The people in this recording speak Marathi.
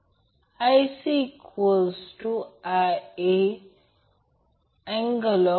तर त्याचप्रमाणे Ic Vcn Z Y angle 120° ZY Ia angle 120°